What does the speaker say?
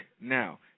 now